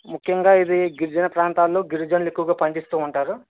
ముఖ్యంగా ఇది గిరిజన ప్రాంతాలలో గిరిజనులు ఎక్కువగా పండిస్తూ ఉంటారు